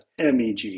MEG